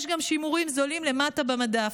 יש גם שימורים זולים למטה במדף.